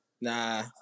nah